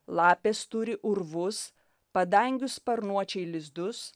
lapės turi urvus padangių sparnuočiai lizdus